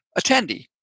attendee